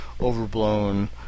overblown